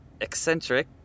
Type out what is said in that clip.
eccentric